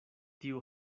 tiu